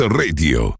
radio